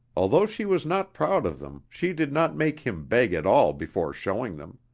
although she was not proud of them she did not make him beg at all before showing them.